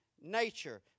nature